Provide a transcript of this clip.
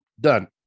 done